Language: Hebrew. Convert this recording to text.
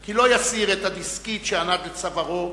כי לא יסיר את הדסקית שענד לצווארו,